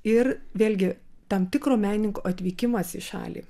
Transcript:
ir vėlgi tam tikro menininko atvykimas į šalį